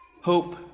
Hope